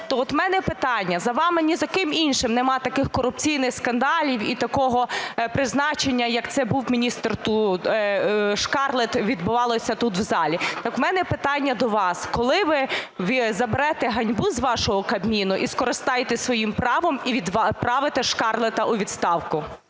от в мене питання. За вами, ні за ким іншим нема таких корупційних скандалів і такого призначення, як це був міністр Шкарлет, відбувалося тут в залі. Так в мене питання до вас: коли ви заберете ганьбу з вашого Кабміну, скористаєтесь своїм правом і відправите Шкарлета у відставку?